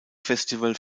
festival